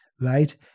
right